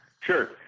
Sure